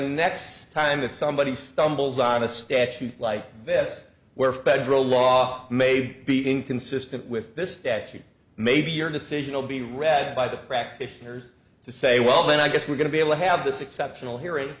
next time that somebody stumbles on a statute like this where federal law may be inconsistent with this statute maybe your decision will be read by the practitioners to say well then i guess we're going to be able to have this exceptional hearing